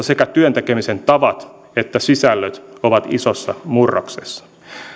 sekä työn tekemisen tavat että sisällöt ovat isossa murroksessa